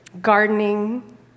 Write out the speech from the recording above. gardening